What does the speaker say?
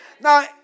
Now